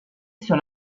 sur